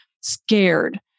scared